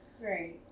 Right